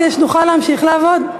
כדי שנוכל להמשיך לעבוד.